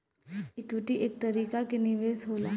equity एक तरीका के निवेश होला